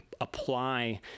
apply